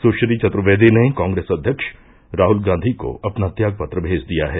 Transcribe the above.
सुश्री चतुर्वेदी ने कांग्रेस अध्यक्ष राहुल गांधी को अपना त्याग पत्र भेज दिया है